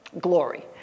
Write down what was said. glory